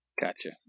Gotcha